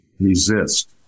Resist